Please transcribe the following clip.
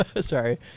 Sorry